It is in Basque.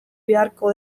beharko